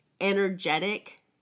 energetic